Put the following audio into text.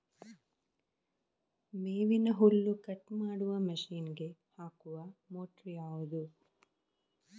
ಮೇವಿನ ಹುಲ್ಲು ಕಟ್ ಮಾಡುವ ಮಷೀನ್ ಗೆ ಹಾಕುವ ಮೋಟ್ರು ಯಾವುದು?